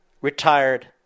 retired